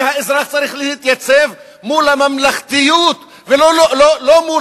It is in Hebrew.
והאזרח צריך להתייצב מול הממלכתיות ולא מול